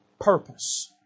Purpose